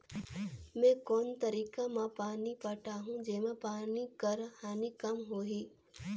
मैं कोन तरीका म पानी पटाहूं जेमा पानी कर हानि कम होही?